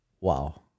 Wow